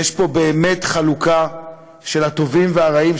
יש פה באמת חלוקה של הטובים והרעים,